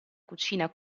cucina